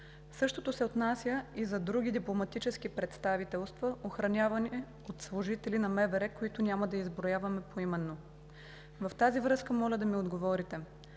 Същото се отнася и за други дипломатически представителства, охранявани от служители на МВР, които няма да изброяваме поименно. В тази връзка моля да ми отговорите: